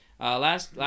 Last